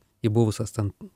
į buvusias ten